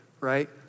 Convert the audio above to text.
right